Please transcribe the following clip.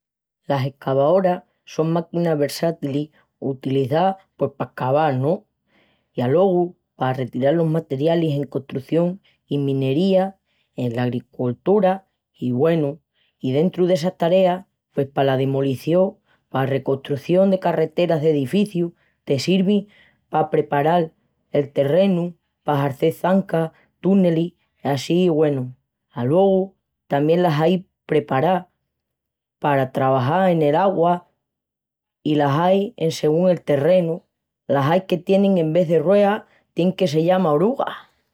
Las excavadoras son máquinas versátiles utilizadas pues para excavar no YY luego para retirar los materiales en construcción y minería en la agricultura y bueno y dentro de esas tareas pues para la demolición para construcción de carreteras de edificios y te sirven para preparar el terreno para hacer zanjas para túneles así que bueno luego también las hay preparadas para para trabajar en en agua o las hay según el terreno las hay que tienen en vez de ruedas tienen que se llama oruga